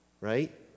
Right